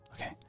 Okay